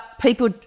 people